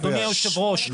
אדוני יושב ראש,